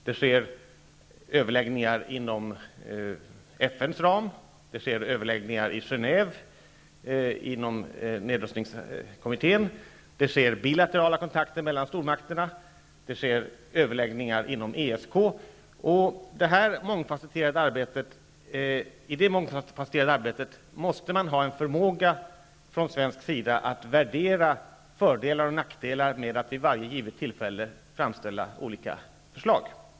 Det sker överläggningar inom FN:s ram, inom nedrustningskommittén i Genève, genom bilaterala kontakter mellan stormakterna och inom ESK. I det mångfasetterade arbetet måste Sverige ha en förmåga att värdera fördelar och nackdelar med att vid varje givet tillfälle framställa olika förslag.